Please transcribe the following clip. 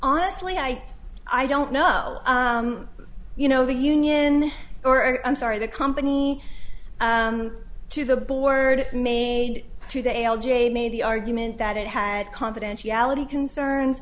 honestly i i don't know you know the union or i'm sorry the company to the board made to the a l j made the argument that it had confidentiality concerns